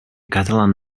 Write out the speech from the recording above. catalan